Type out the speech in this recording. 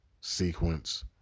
sequence